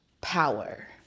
power